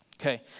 Okay